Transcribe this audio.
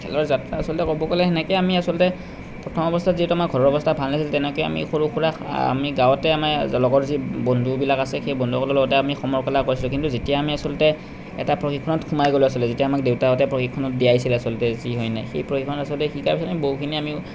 খেলৰ যাত্ৰা আচলতে ক'ব গ'লে সেনেকৈ আমি আচলতে প্ৰথম অৱস্থাত যিহেতু আমাৰ ঘৰৰ অৱস্থা ভাল নাছিল তেনেকৈ আমি সৰু সুৰা আমি গাঁৱতে আমাৰ লগৰ যি বন্ধুবিলাক আছে সেই বন্ধুসকলৰ লগতে আমি সমৰ কলা কৰিছিলোঁ কিন্তু যেতিয়া আমি আচলতে এটা প্ৰশিক্ষণত সোমাই গ'লোঁ আচলতে যেতিয়া আমাক দেউতাহঁতে প্ৰশিক্ষণত দিয়াইছিল আচলতে যি সেই প্ৰশিক্ষণত আচলতে শিকাৰ পিছত আমি বহুখিনি আমি